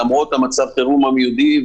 למרות מצב החירום המיידי.